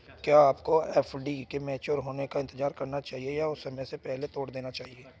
क्या आपको एफ.डी के मैच्योर होने का इंतज़ार करना चाहिए या उन्हें समय से पहले तोड़ देना चाहिए?